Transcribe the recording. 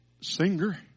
singer